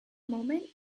moment